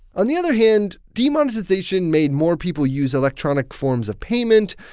on the other hand, demonetization made more people use electronic forms of payment.